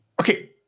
Okay